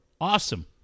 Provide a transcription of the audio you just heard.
Awesome